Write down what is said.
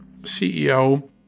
CEO